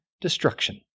destruction